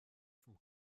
from